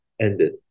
ended